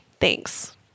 Thanks